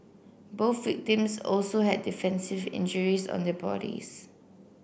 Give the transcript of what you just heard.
both victims also had defensive injuries on their bodies